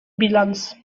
bilans